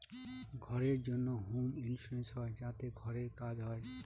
ঘরের জন্য home insurance হয় যাতে ঘরের কাজ হয়